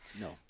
No